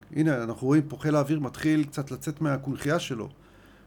הנה אנחנו רואים פה חיל האוויר מתחיל קצת לצאת מהקונכיה שלו